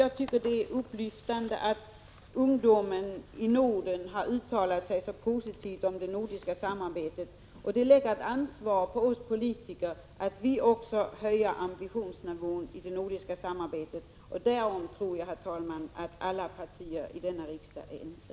Jag tycker det är upplyftande att ungdomen i Norden har uttalat sig så positivt om det nordiska samarbetet. Det lägger ett ansvar på oss politiker, att vi höjer ambitionsnivån i det nordiska samarbetet. Därom tror jag att alla partier i denna riksdag är ense.